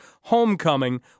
homecoming